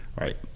Right